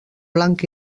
blanc